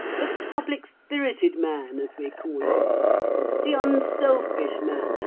the public-spirited man, as we call him the unselfish man,